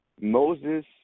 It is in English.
Moses